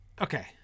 okay